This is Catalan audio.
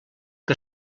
que